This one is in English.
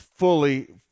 Fully